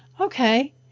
okay